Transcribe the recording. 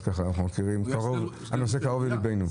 אז אנחנו מכירים והנושא קרוב לליבנו.